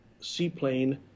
seaplane